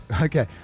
Okay